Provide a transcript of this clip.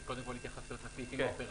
אז קודם כול נדבר על הסעיפים האופרטיביים.